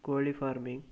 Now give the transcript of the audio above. ಕೋಳಿ ಫಾರ್ಮಿಂಗ್